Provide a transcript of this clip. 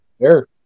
Sure